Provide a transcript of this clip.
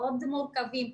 מאוד מורכבים,